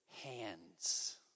hands